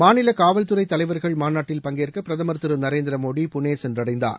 மாநில காவல் துறை தலைவர்கள் மாநாட்டில் பங்கேற்க பிரதமர் திரு நரேந்திர மோடி புனே சென்றடைந்தார்